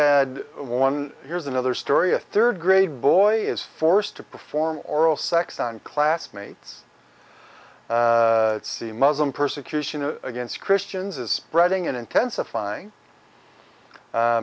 had one here's another story a third grade boy is forced to perform oral sex on classmates see muslim persecution against christians is spreading it intensifying